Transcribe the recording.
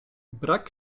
brak